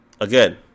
Again